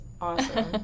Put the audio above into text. awesome